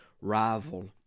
rival